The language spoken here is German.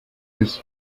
bis